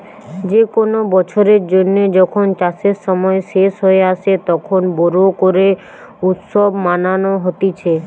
যে কোনো বছরের জন্য যখন চাষের সময় শেষ হয়ে আসে, তখন বোরো করে উৎসব মানানো হতিছে